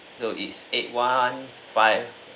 so it's eight one five